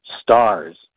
stars